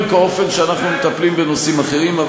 כאופן שבו אנחנו מטפלים בנושאים אחרים.